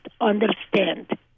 understand